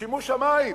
שמעו שמים.